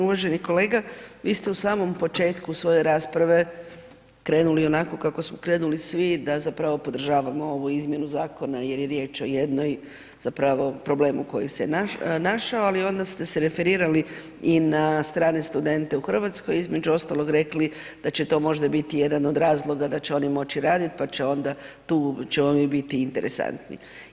Uvaženi kolega, vi ste u samom početku svoje rasprave, krenuli onako kako smo krenuli vi da zapravo podržavamo ovu izmjenu zakona jer je riječ o jednom zapravo problemu koji se našao ali onda ste se referirali i na strane studente u Hrvatskoj, između ostalog rekli da će to možda biti jedan od razloga da će oni moći radit pa će onda tu ćemo mi biti interesantni.